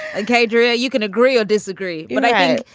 okay drew. you can agree or disagree but i.